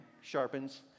sharpens